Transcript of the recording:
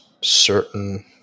certain